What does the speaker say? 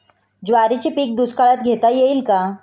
ज्वारीचे पीक दुष्काळात घेता येईल का?